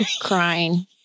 crying